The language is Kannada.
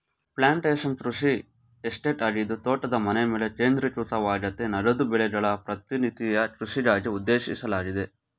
ಪ್ಲಾಂಟೇಶನ್ ಕೃಷಿ ಎಸ್ಟೇಟ್ ಆಗಿದ್ದು ತೋಟದ ಮನೆಮೇಲೆ ಕೇಂದ್ರೀಕೃತವಾಗಯ್ತೆ ನಗದು ಬೆಳೆಗಳ ಪರಿಣತಿಯ ಕೃಷಿಗಾಗಿ ಉದ್ದೇಶಿಸಲಾಗಿದೆ